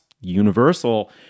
universal